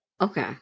Okay